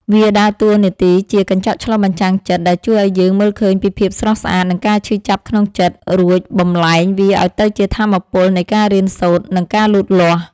វាដើរតួនាទីជា កញ្ចក់ឆ្លុះបញ្ចាំងចិត្ត ដែលជួយឱ្យយើងមើលឃើញពីភាពស្រស់ស្អាត និងការឈឺចាប់ក្នុងចិត្ត រួចបំប្លែងវាឱ្យទៅជាថាមពលនៃការរៀនសូត្រ និងការលូតលាស់។